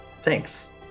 Thanks